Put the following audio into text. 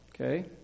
Okay